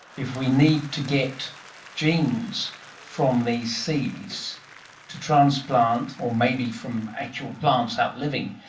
if we need to get genes from these seeds to transplant or maybe from actual plants out living,